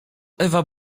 ewa